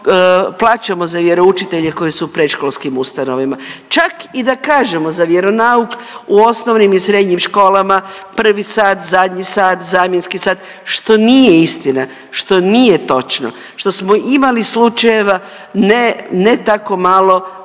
plaćamo za vjeroučitelje koji su u predškolskim ustanovama, čak i da kažemo za vjeronauk u osnovnim i srednjim školama prvi sat, zadnji sat, zamjenski sat što nije istina, što nije točno, što smo imali slučajeva ne tako malo